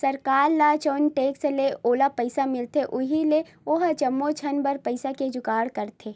सरकार ल जउन टेक्स ले ओला पइसा मिलथे उहाँ ले ही ओहा जम्मो झन बर पइसा के जुगाड़ करथे